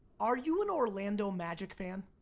are you an orlando magic fan?